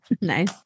Nice